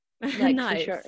nice